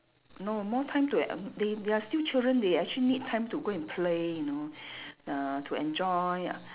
no more time to um they they are still children they actually need time to go and play you know uh to enjoy